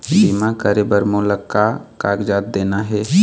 बीमा करे बर मोला का कागजात देना हे?